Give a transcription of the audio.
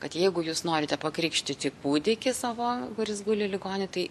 kad jeigu jūs norite pakrikštyti kūdikį savo kuris guli ligoni tai